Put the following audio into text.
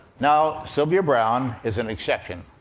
now, sylvia browne is an exception,